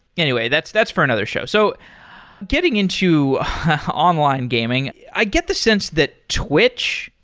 anyway, that's that's for another show. so getting into online gaming, i get the sense that twitch,